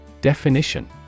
Definition